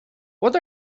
what